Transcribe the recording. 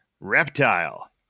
Reptile